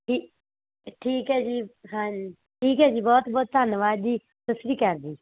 ਠੀ ਠੀਕ ਹੈ ਜੀ ਹਾਂਜੀ ਠੀਕ ਹੈ ਜੀ ਬਹੁਤ ਬਹੁਤ ਧੰਨਵਾਦ ਜੀ ਸਤਿ ਸ਼੍ਰੀ ਅਕਾਲ ਜੀ